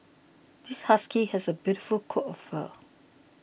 this husky has a beautiful coat of fur